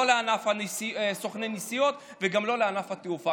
לא לענף סוכני הנסיעות וגם לא לענף התעופה,